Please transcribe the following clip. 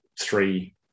three